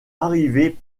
arriver